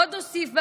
עוד הוסיף ואמר: